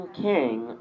king